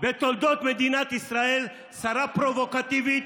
בתולדות מדינת ישראל, שרה פרובוקטיבית.